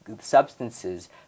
substances